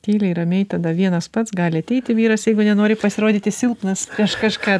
tyliai ramiai tada vienas pats gali ateiti vyras jeigu nenori pasirodyti silpnas prieš kažką